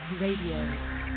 Radio